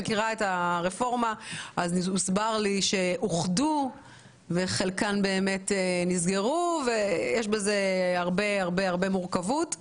הוסבר לי שאוחדו וחלקן באמת נסגרו ויש בזה הרבה מורכבות.